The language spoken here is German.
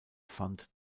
fund